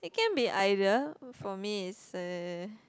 it can be either for me it's uh